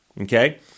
okay